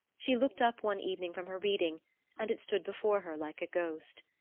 she looked up one evening from her reading and it stood before her like a ghost.